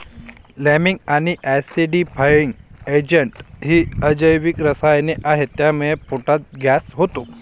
liming आणि acidifying agents ही अजैविक रसायने आहेत ज्यामुळे पोटात गॅस होतो